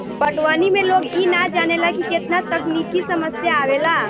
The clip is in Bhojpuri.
पटवनी में लोग इ ना जानेला की केतना तकनिकी समस्या आवेला